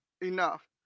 enough